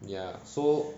ya so